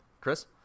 Chris